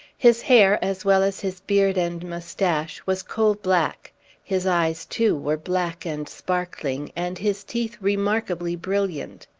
his hair, as well as his beard and mustache, was coal-black his eyes, too, were black and sparkling, and his teeth remarkably brilliant.